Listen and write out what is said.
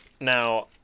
Now